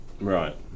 Right